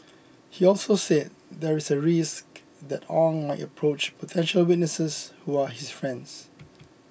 he also said there is a risk that Ong might approach potential witnesses who are his friends